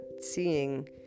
seeing